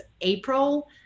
April